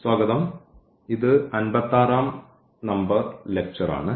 സ്വാഗതം ഇത് അൻപത്തിയാറാം നമ്പർ ലക്ച്ചർ ആണ്